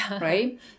right